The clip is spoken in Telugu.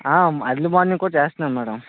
అర్లీ మార్నింగ్ కూడా చేస్తున్నారు మేడమ్